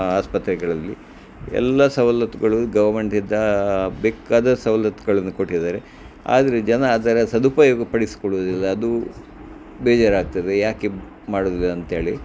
ಆಸ್ಪತ್ರೆಗಳಲ್ಲಿ ಎಲ್ಲ ಸವಲತ್ತುಗಳು ಗವರ್ಮೆಂಟಿಂದ ಬೇಕಾದ ಸವಲತ್ತುಗಳನ್ನು ಕೊಟ್ಟಿದ್ದಾರೆ ಆದರೆ ಜನ ಅದರ ಸದುಪಯೋಗ ಪಡಿಸ್ಕೊಳ್ಳೋದಿಲ್ಲ ಅದು ಬೇಜಾರಾಗ್ತದೆ ಯಾಕೆ ಮಾಡುವುದಿಲ್ಲ ಅಂಥೇಳಿ